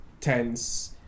tense